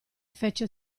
fece